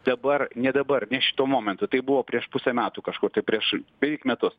dabar ne dabar ne šituo metu tai buvo prieš pusę metų kažkur tai prieš beveik metus